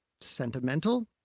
sentimental